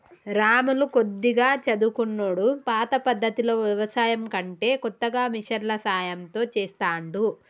రాములు కొద్దిగా చదువుకున్నోడు పాత పద్దతిలో వ్యవసాయం కంటే కొత్తగా మిషన్ల సాయం తో చెస్తాండు